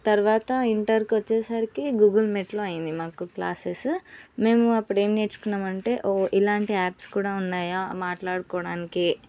తరువాత ఇంటర్కి వచ్చేసరికి గూగుల్ మీట్లో అయింది మాకు క్లాసెస్ మేము అప్పుడేమి నేర్చుకున్నామంటే ఓ ఇలాంటి యాప్స్ కూడా ఉన్నాయా మాట్లాడుకోవడానికి